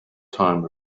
time